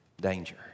danger